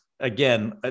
again